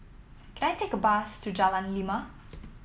can I take a bus to Jalan Lima